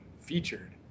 featured